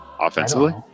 Offensively